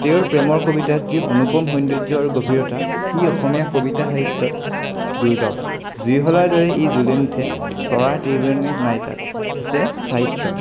তেওঁৰ প্ৰেমৰ কবিতাত যি অনুপম সৌন্দৰ্য আৰু গভীৰতা সি অসমীয়া কবিতা সাহিত্যত দুৰ্লভ জুইশলাৰ দৰে ই জ্বলি নুঠে তৰাৰ তিৰবিৰণি নাই তাত আছে স্থায়িত্ব